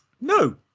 No